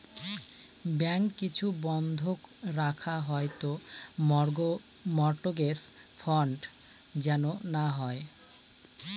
bank কিছু বন্ধক রাখা হয় তো মর্টগেজ ফ্রড যেন না হয়